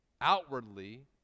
outwardly